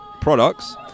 products